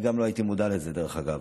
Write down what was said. אני גם לא הייתי מודע לזה, דרך אגב.